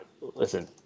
listen